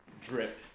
drip